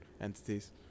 entities